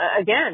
again